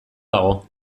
dago